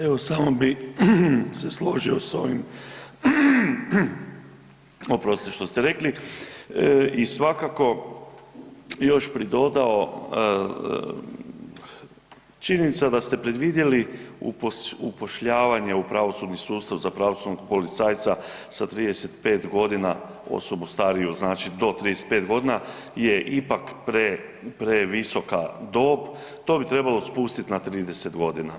Evo samo bi se složio sa ovim, oprostite, što ste rekli i svakako još pridodao, činjenica da ste predvidjeli upošljavanje u pravosudni sustav za pravosudnog policajca sa 35 godina, osobu stariju znači do 35 godina je ipak pre, previsoka dob to bi trebalo spustiti na 30 godina.